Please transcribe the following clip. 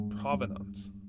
provenance